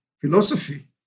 philosophy